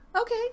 Okay